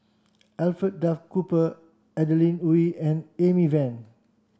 Alfred Duff Cooper Adeline Wee and Amy Van